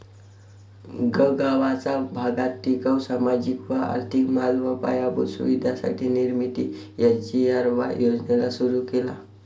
गगावाचा भागात टिकाऊ, सामाजिक व आर्थिक माल व पायाभूत सुविधांची निर्मिती एस.जी.आर.वाय योजनेला सुरु केला